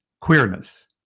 queerness